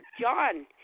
John